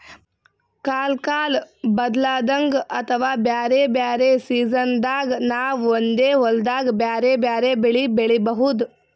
ಕಲ್ಕಾಲ್ ಬದ್ಲಾದಂಗ್ ಅಥವಾ ಬ್ಯಾರೆ ಬ್ಯಾರೆ ಸಿಜನ್ದಾಗ್ ನಾವ್ ಒಂದೇ ಹೊಲ್ದಾಗ್ ಬ್ಯಾರೆ ಬ್ಯಾರೆ ಬೆಳಿ ಬೆಳಿಬಹುದ್